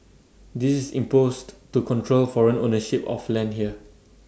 this is imposed to control foreign ownership of land here